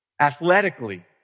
athletically